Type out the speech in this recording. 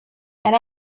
and